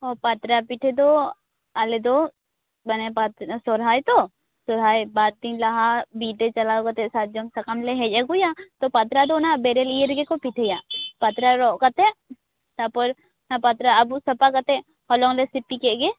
ᱚ ᱯᱟᱛᱲᱟ ᱯᱤᱴᱷᱟᱹ ᱫᱚ ᱟᱞᱮᱫᱚ ᱢᱟᱱᱮ ᱯᱟᱛ ᱥᱚᱦᱚᱨᱟᱭ ᱛᱚ ᱥᱚᱦᱚᱨᱟᱭ ᱵᱟᱨᱫᱤᱱ ᱞᱟᱦᱟ ᱵᱤᱨ ᱛᱮ ᱪᱟᱞᱟᱣ ᱠᱟᱛᱮ ᱥᱟᱨᱡᱚᱢ ᱥᱟᱠᱟᱢ ᱞᱮ ᱦᱮᱡ ᱟ ᱜᱩᱭᱟ ᱛᱚ ᱯᱟᱛᱲᱟ ᱫᱚ ᱚᱱᱟ ᱵᱮᱨᱮᱞ ᱤᱭᱟ ᱨᱮᱜᱮᱠᱚ ᱯᱤᱴᱷᱟᱹᱭᱟ ᱯᱟᱛᱲᱟ ᱨᱚᱜ ᱠᱟᱛᱮ ᱛᱟᱯᱚᱨ ᱚᱱᱟ ᱯᱟᱛᱲᱟ ᱟᱵᱩᱠ ᱥᱟᱯᱷᱟᱠᱟᱛᱮ ᱦᱚᱞᱚᱝ ᱞᱮ ᱥᱤᱯᱤ ᱠᱮᱫ ᱜᱮ